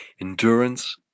endurance